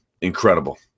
incredible